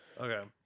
Okay